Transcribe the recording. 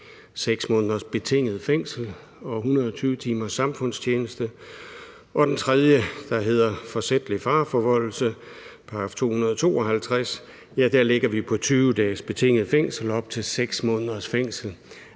6 måneders betinget fængsel og 120 timers samfundstjeneste, og for den tredje bestemmelse, der hedder forsætlig fareforvoldelse, § 252, ligge praksis på 20 dages betinget fængsel op til 6 måneders fængsel.